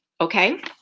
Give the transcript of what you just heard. okay